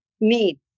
need